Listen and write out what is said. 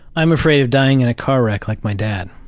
i'm afraid of dying in a car wreck like my dad.